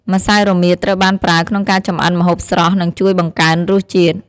ម្សៅរមៀតត្រូវបានប្រើក្នុងការចម្អិនម្ហូបស្រស់ និងជួយបង្កើនរសជាតិ។